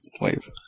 wave